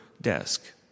desk